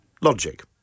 logic